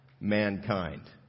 mankind